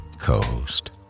co-host